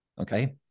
Okay